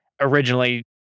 originally